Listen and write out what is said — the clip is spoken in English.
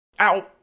Ow